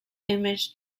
image